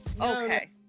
okay